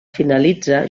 finalitza